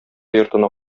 йортына